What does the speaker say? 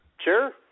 Sure